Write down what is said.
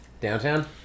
Downtown